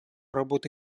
работы